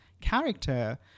character